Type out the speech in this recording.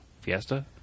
Fiesta